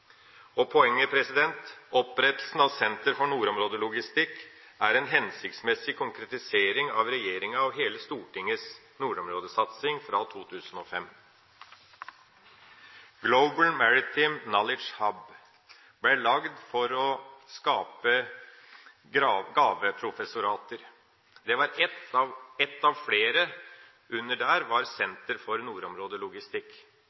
grunnlag. Poenget er: Opprettelsen av Senter for nordområdelogistikk er en hensiktsmessig konkretisering av regjeringas og hele Stortingets nordområdesatsing fra 2005. Global Maritime Knowledge Hub ble laget for å skape gaveprofessorater. Ett av flere var